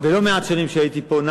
בלא מעט שנים שהייתי פה,